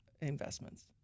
investments